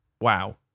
Wow